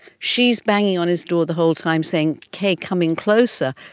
she is banging on his door the whole time saying, hey, come in closer.